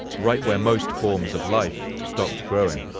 right where most forms of life stopped growing.